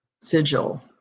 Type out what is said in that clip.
sigil